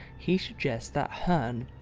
he suggests that herne,